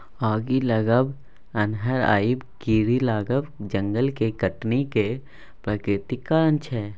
आगि लागब, अन्हर आएब, कीरी लागब जंगलक कटनी केर प्राकृतिक कारण छै